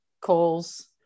calls